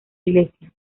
iglesia